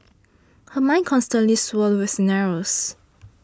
her mind constantly swirled with scenarios